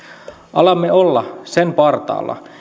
alamme olla sen partaalla